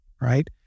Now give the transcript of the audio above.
Right